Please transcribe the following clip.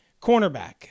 cornerback